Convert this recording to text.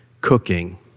cooking